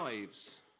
lives